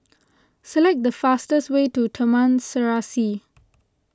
select the fastest way to Taman Serasi